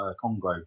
Congo